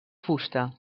fusta